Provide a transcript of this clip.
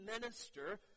minister